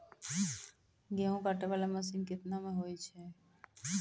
गेहूँ काटै वाला मसीन केतना मे होय छै?